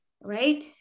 right